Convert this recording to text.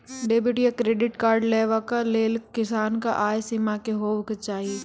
Debit या credit card लेवाक लेल किसानक आय सीमा की हेवाक चाही?